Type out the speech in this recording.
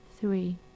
three